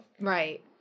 Right